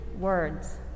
words